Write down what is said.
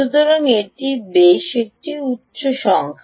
সুতরাং এটি বেশ উচ্চ সংখ্যা